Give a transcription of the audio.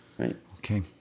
Okay